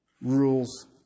rules